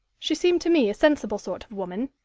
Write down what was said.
she seemed to me a sensible sort of woman,